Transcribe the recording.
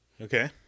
okay